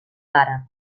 àrab